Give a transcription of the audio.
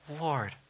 lord